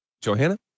Johanna